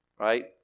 Right